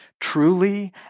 truly